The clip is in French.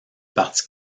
parti